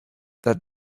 that